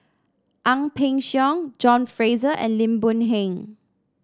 Ang Peng Siong John Fraser and Lim Boon Heng